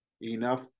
enough